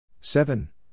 seven